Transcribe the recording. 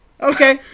Okay